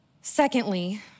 Secondly